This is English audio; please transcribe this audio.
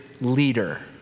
leader